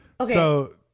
Okay